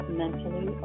mentally